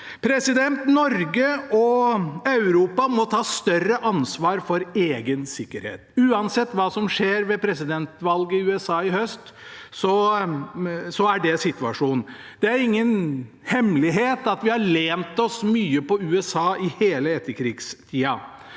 feil. Norge og Europa må ta større ansvar for egen sikkerhet. Uansett hva som skjer ved presidentvalget i USA i høst, er det situasjonen. Det er ingen hemmelighet at vi har lent oss mye på USA i hele etterkrigstida.